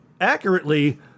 accurately